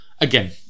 Again